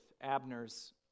abner's